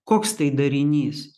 koks tai darinys